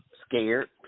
Scared